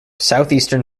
southeastern